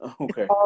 okay